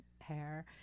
hair